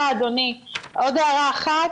עוד הערה אחת,